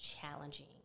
challenging